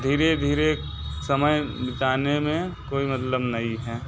धीरे धीरे समय बीताने में कोई मतलब नहीं है